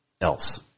else